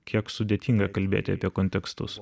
kiek sudėtinga kalbėti apie kontekstus